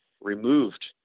removed